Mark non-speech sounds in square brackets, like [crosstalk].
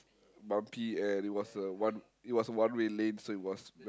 bumpy and it was a one it was one-way lane so it was [noise]